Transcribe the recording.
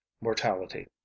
mortality